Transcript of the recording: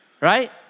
right